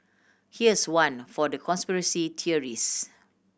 here's one for the conspiracy theorist